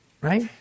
right